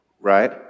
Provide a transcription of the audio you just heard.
right